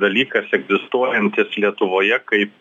dalykas egzistuojantis lietuvoje kaip